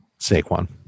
Saquon